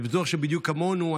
אני בטוח שבדיוק כמונו,